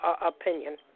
opinion